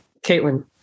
Caitlin